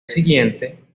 siguiente